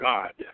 God